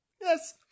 yes